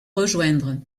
rejoindre